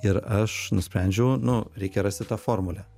ir aš nusprendžiau nu reikia rasti tą formulę